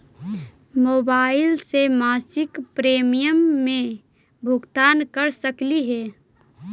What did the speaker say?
Mobile से मासिक premium के भुगतान कर सकली हे?